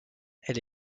elle